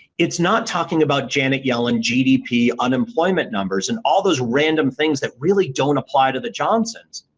it's not talking about janet yellen, gdp, unemployment numbers and all those random things that really don't apply to the johnson's.